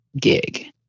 gig